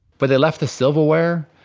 but they left the silverware,